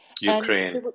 Ukraine